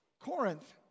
Corinth